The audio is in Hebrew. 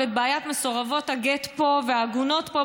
את בעיית מסורבות הגט והעגונות פה,